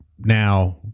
Now